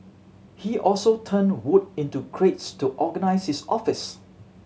he also turned wood into crates to organise his office